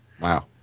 Wow